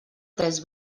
tres